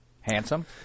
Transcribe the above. Handsome